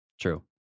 True